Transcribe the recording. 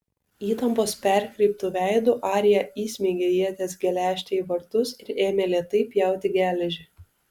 įtampos perkreiptu veidu arija įsmeigė ieties geležtę į vartus ir ėmė lėtai pjauti geležį